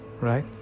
right